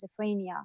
schizophrenia